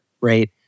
right